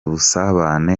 ubusabane